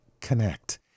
connect